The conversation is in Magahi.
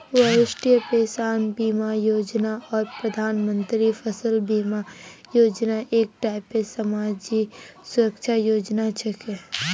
वरिष्ठ पेंशन बीमा योजना आर प्रधानमंत्री फसल बीमा योजना एक टाइपेर समाजी सुरक्षार योजना छिके